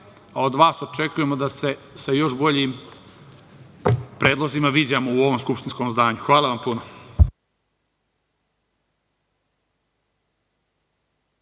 a od vas očekujemo da se sa još boljim predlozima viđamo u ovom skupštinskom zdanju. Hvala vam puno.